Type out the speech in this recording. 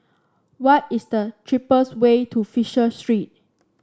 what is the cheapest way to Fisher Street